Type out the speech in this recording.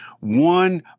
one